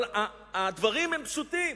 אבל הדברים הם פשוטים: